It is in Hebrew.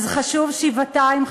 אז חשוב שבעתיים,